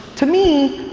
to me,